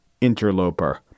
interloper